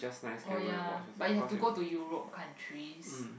oh ya but you have to go to Europe countries